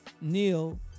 Neil